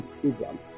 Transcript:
program